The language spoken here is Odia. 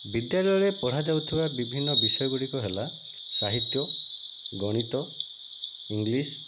ବିଦ୍ୟାଳୟରେ ପଢ଼ା ଯାଉଥିବା ବିଭିନ୍ନ ବିଷୟଗୁଡ଼ିକ ହେଲା ସାହିତ୍ୟ ଗଣିତ ଇଂଲିଶ